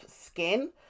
skin